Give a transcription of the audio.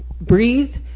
Breathe